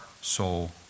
soul